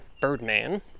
birdman